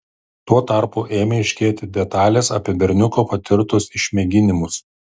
tuo tarpu ėmė aiškėti detalės apie berniuko patirtus išmėginimus